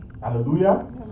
Hallelujah